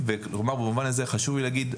ובמובן הזה חשוב לי להגיד,